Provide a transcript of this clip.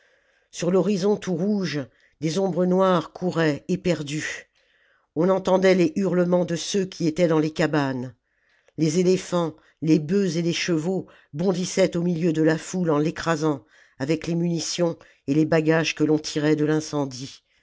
sur l'horizon tout rouge des ombres noires couraient éperdues on entendait les hurlements de ceux qui étaient dans les cabanes les éléphants les bœufs et les chevaux bondissaient au milieu de la foule en l'écrasant avec les munitions et les bagages que l'on tirait de l'incendie